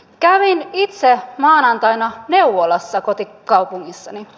kävin itse maanantaina neuvolassa kotikaupungissani